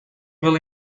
will